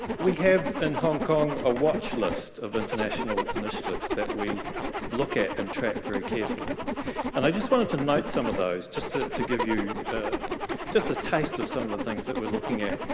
we have in hong kong a watch list of international initiatives that we look at and track very carefully and i just wanted to note some of those just to to give you just a taste of some of the things that we're looking at.